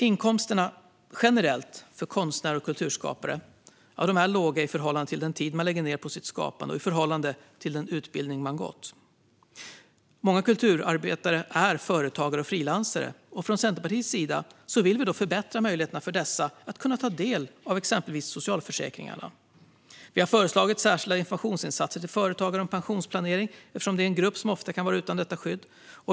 Inkomsterna generellt för konstnärer och kulturskapare är låga i förhållande till den tid man lägger ned på sitt skapande och i förhållande till den utbildning man gått. Många kulturarbetare är företagare och frilansare. Från Centerpartiets sida vill vi förbättra möjligheterna för dessa att ta del av exempelvis socialförsäkringarna. Vi har föreslagit särskilda informationsinsatser till företagare om pensionsplanering, eftersom det är en grupp som ofta kan vara utan detta skydd.